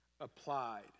applied